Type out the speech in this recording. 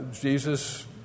Jesus